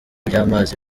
by’amazi